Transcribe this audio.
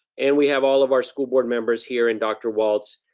and we have all of our school board members here, and dr. walts,